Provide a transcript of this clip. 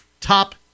top